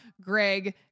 Greg